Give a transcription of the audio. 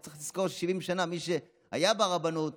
אתה צריך לזכור ש-70 שנה מי שהיו ברבנות